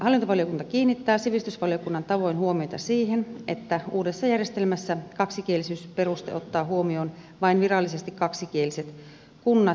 hallintovaliokunta kiinnittää sivistysvaliokunnan tavoin huomiota siihen että uudessa järjestelmässä kaksikielisyysperuste ottaa huomioon vain virallisesti kaksikieliset kunnat